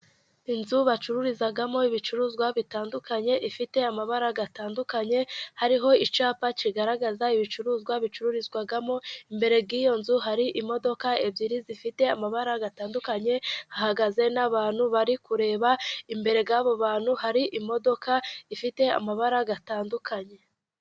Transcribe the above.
Inzu bacururizamo ibicuruzwa bitandukanye ifite amabara atandukanye, hariho icyapa kigaragaza ibicuruzwa bicururizwamo. Imbere y'iyo nzu hari imodoka ebyiri zifite amabara atandukanye, hahagaze n'abantu bari kureba, imbere y'abo bantu hari imodoka ifite amabara atandukanye.